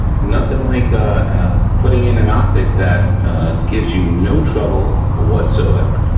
nothing like ah putting in an optic that and gives you no trouble whatsoever,